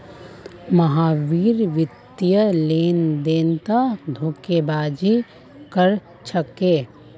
महावीर वित्तीय लेनदेनत धोखेबाजी कर छेक